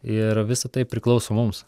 ir visa tai priklauso mums